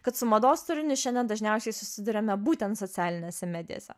kad su mados turiniu šiandien dažniausiai susiduriame būtent socialinėse medijose